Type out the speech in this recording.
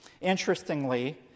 Interestingly